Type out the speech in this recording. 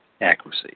accuracy